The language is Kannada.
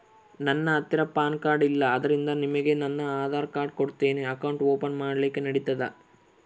ನನ್ನ ಹತ್ತಿರ ಪಾನ್ ಕಾರ್ಡ್ ಇಲ್ಲ ಆದ್ದರಿಂದ ನಿಮಗೆ ನನ್ನ ಆಧಾರ್ ಕಾರ್ಡ್ ಕೊಡ್ತೇನಿ ಅಕೌಂಟ್ ಓಪನ್ ಮಾಡ್ಲಿಕ್ಕೆ ನಡಿತದಾ?